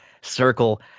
circle